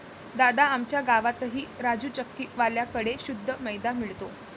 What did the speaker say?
दादा, आमच्या गावातही राजू चक्की वाल्या कड़े शुद्ध मैदा मिळतो